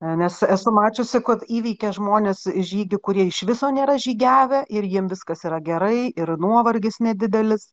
nes esu mačiusi kad įveikė žmonės žygių kurie iš viso nėra žygiavę ir jiem viskas yra gerai ir nuovargis nedidelis